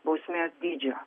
bausmės dydžio